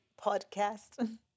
podcast